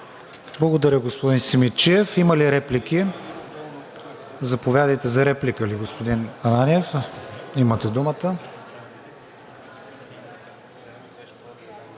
Благодаря, господин Симидчиев. Има ли реплики? Заповядайте, господин Ананиев, имате думата.